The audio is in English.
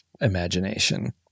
imagination